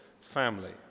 family